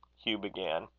hugh began